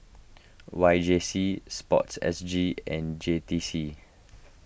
Y J C Sports S G and J T C